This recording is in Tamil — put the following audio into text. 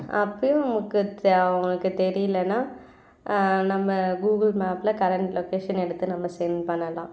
அப்போயும் அவங்களுக்கு தெ அவங்களுக்கு தெரியலன்னா நம்ம கூகுள் மேப்பில் கரெண்ட் லொக்கேஷன் எடுத்து நம்ம சென்ட் பண்ணலாம்